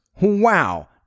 Wow